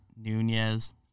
Nunez